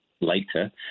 later